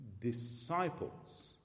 disciples